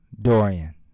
Dorian